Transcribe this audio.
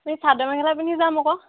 আমি চাদৰ মেখেলা পিন্ধি যাম আকৌ